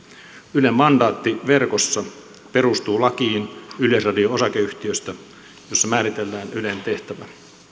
ylen mandaatti verkossa perustuu lakiin yleisradio osakeyhtiöstä jossa määritellään ylen tehtävä